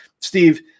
Steve